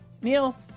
Neil